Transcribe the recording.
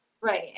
right